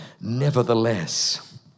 Nevertheless